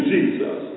Jesus